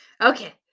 Okay